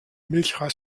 milchreis